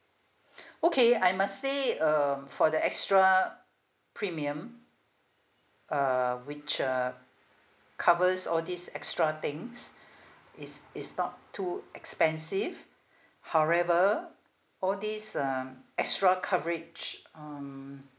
okay I must say um for the extra premium uh which uh covers all these extra things is is not too expensive however all these um extra coverage um